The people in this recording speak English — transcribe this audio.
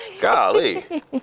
Golly